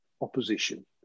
opposition